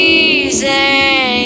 easy